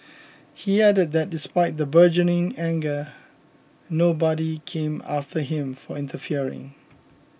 he added that despite the burgeoning anger nobody came after him for interfering